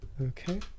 Okay